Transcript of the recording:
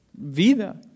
vida